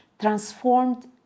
transformed